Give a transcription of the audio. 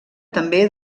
també